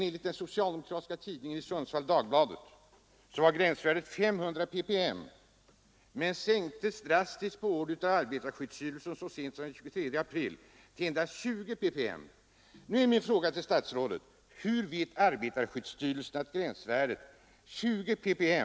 Enligt den socialdemokratiska tidningen Dagbladet i Sundsvall har gränsvärdet varit 500 ppm men sänktes drastiskt på order av arbetarskyddsstyrelsen så sent som den 23 april i år till endast 20 ppm.